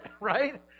right